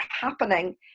happening